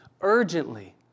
urgently